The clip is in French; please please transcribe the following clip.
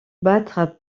battre